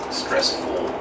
stressful